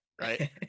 Right